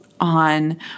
on